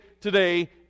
today